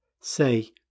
say